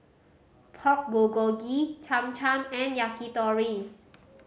Pork Bulgogi Cham Cham and Yakitori